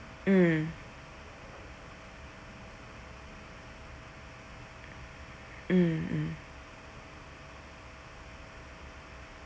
mm mmhmm